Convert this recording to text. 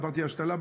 עברתי השתלה,